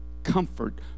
Comfort